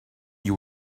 you